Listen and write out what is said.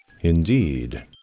Indeed